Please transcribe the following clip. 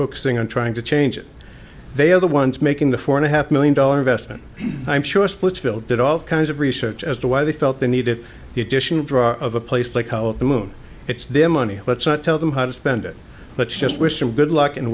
focusing on trying to change it they are the ones making the four and a half million dollar investment i'm sure splitsville did all kinds of research as to why they felt they needed the additional draw of a place like the moon it's their money let's tell them how to spend it but just wish him good luck and